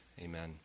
Amen